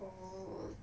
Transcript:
oh